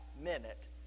minute